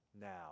now